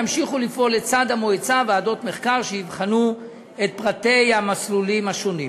ימשיכו לפעול לצד המועצה ועדות מחקר שיבחנו את פרטי המסלולים השונים.